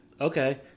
okay